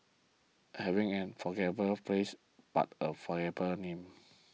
having an unforgettable face but a forgettable name